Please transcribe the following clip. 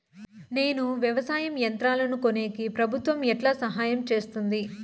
నేను వ్యవసాయం యంత్రాలను కొనేకి ప్రభుత్వ ఎట్లా సహాయం చేస్తుంది?